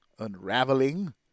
Unraveling